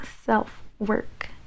self-work